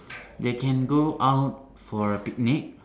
they can go out for a picnic